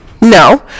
No